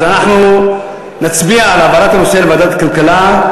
אז אנחנו נצביע על העברת הנושא לוועדת הכלכלה.